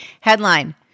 Headline